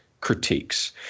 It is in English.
critiques